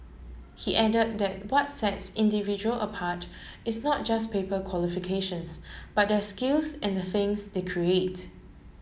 he add that what sets individual apart is not just paper qualifications but their skills and the things they create